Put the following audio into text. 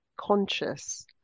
conscious